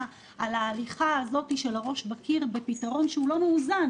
על ההליכה הזאת עם הראש בקיר לפתרון לא מאוזן.